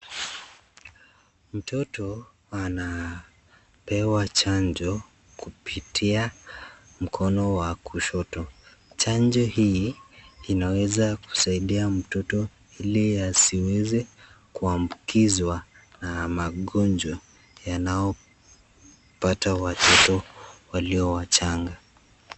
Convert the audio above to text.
Mtoto anapewa chanjo kupitia mkono wa kushoto. Chanjo hii inaweza kusaidia mtoto hili asiweze kuambukizwa, na magonjwa yanayowapata watoto walio wachanga.